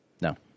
No